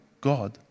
God